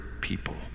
people